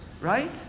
Right